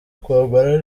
kwambara